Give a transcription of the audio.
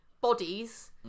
bodies